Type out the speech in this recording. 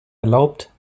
erlaubt